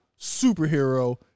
superhero